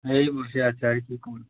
এই বসে আছি আর কী করবো